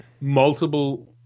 multiple